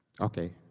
Okay